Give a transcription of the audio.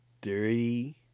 dirty